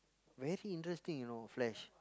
very interesting you know flash